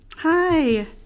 Hi